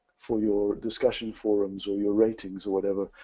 for your discussion forums or your ratings or whatever,